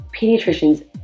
pediatricians